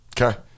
okay